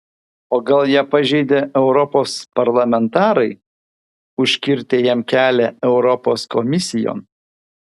o gal ją pažeidė europos parlamentarai užkirtę jam kelią europos komisijon